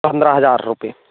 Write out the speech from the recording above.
पंद्रह हज़ार रुपये